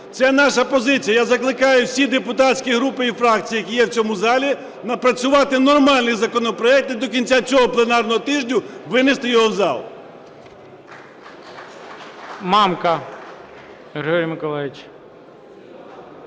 це наша позиція. Я закликаю всі депутатські групи і фракції, які є в цьому залі, напрацювати нормальний законопроект і до кінця цього пленарного тижня винести його в зал.